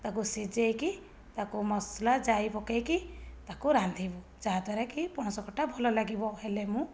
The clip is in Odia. ତାକୁ ସିଝାଇକି ତାକୁ ମସଲା ଜାଇ ପକାଇକି ତାକୁ ରାନ୍ଧିବୁ ଯାହାଦ୍ୱାରା କି ପଣସକଠା ଭଲ ଲାଗିବ ହେଲେ ମୁଁ